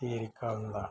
സ്വീകരിക്കാവുന്നതാണ്